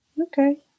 Okay